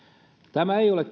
tämä ei ole